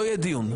לא יהיה דיון.